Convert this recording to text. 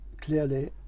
clearly